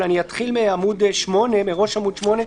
אני אתחיל מראש עמוד 8,